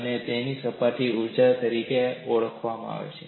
અને તેને સપાટીની ઊર્જા તરીકે ઓળખવામાં આવે છે